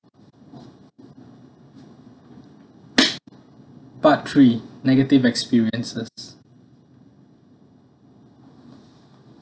part three negative experiences